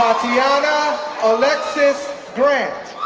ah and alexus grant,